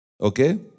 Okay